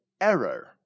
error